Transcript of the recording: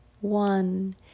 one